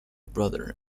brother